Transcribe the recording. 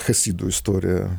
chasidų istoriją